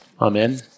Amen